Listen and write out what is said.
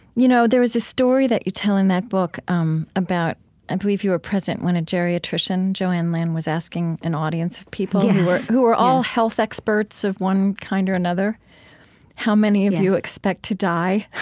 you know, there is a story that you tell in that book um about i believe you were present when a geriatrician, geriatrician, joanne lynn, was asking an audience of people who were all health experts of one kind or another how many of you expect to die.